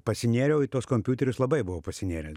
pasinėriau į tuos kompiuterius labai buvau pasinėręs